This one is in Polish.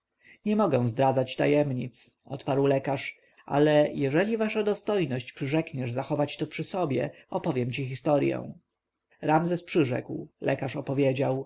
nie mogę zdradzać tajemnic odparł lekarz ale jeżeli wasza dostojność przyrzekniesz zachować to przy sobie opowiem ci historję ramzes przyrzekł lekarz opowiedział